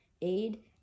aid